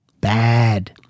Bad